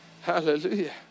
hallelujah